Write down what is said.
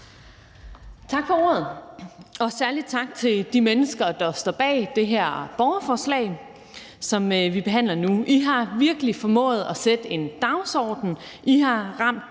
Tak for ordet, og særlig tak til de mennesker, der står bag det her borgerforslag, som vi behandler nu. I har virkelig formået at sætte en dagsorden, I har ramt